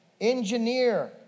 engineer